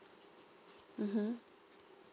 mm